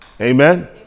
Amen